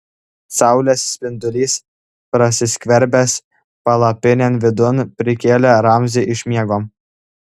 saulės spindulys prasiskverbęs palapinės vidun prikėlė ramzį iš miego